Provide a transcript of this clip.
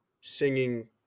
singing